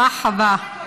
מרחבא.